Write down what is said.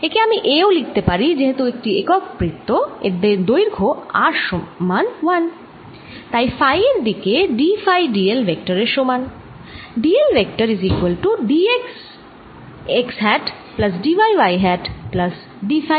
একে আমি এও লিখতে পারি যেহেতু এটি একক বৃত্ত এর দৈর্ঘ্য r সমান 1 তাই ফাই এর দিকে d ফাই d l ভেক্টরের সমান